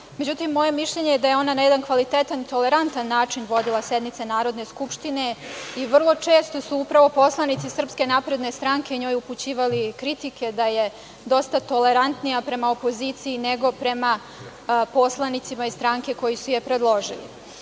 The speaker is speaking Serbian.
međutim moje je mišljenje da je ona na jedan kvalitetan, tolerantan način vodila sednice Narodne skupštine i vrlo često su upravo poslanici SNS njoj upućivali kritike da je dosta tolerantnija prema opoziciji nego prema poslanicima iz stranke koji su je predložili. Zaista,